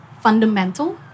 fundamental